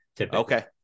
Okay